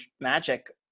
magic